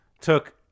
took